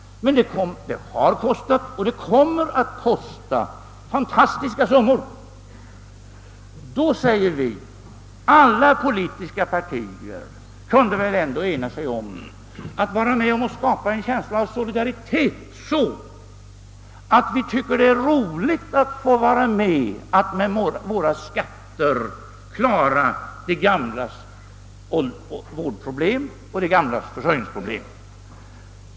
Men detta har kostat och kommer att kosta stora summor. Då säger vi, att alla politiska partier måste vara ense om att skapa en känsla av solidaritet, så att vi tycker att det är roligt att få vara med att med våra skatter klara de gamlas vårdoch försörjningsproblem.